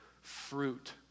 fruit